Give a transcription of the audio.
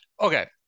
Okay